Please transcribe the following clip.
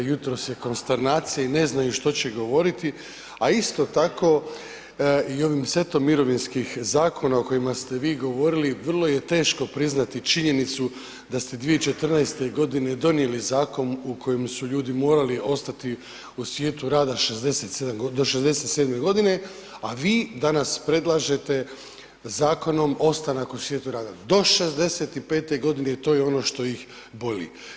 Jutros je konsternacija i ne znaju što će govoriti, a isto tako i ovim setom mirovinskih zakona o kojima ste vi govorili vrlo je teško priznati činjenicu da ste 2014. godine donijeli zakon u kojem su ljudi morali ostati u svijetu rada do 67 godine, a vi danas predlažete zakonom ostanak u svijetu rada do 65 godine i to je ono što ih boli.